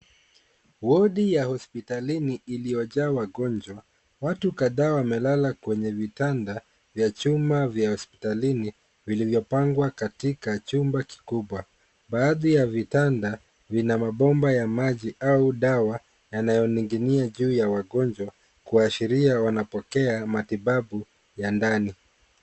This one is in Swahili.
Wodi ya hospitalini iliyojaa wagonjwa. Watu kadhaa wamelala kwenye vitanda vya chuma vya hospitalini, vilivyopangwa katika chumba kikubwa. Baadhi ya vitanda vina mabomba ya maji au dawa yanayoning'inia juu ya wagonjwa, kuashiria wanapokea matibabu ya ndani.